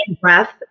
breath